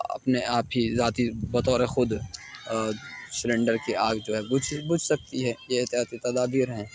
اپنے آپ ہی ذاتی بطور خود سیلنڈر کی آگ جو ہے بجھ بجھ سکتی ہے یہ احتیاطی تدابیر ہیں